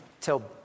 Till